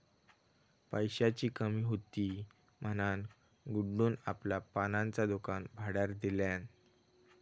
पैशाची कमी हुती म्हणान गुड्डून आपला पानांचा दुकान भाड्यार दिल्यान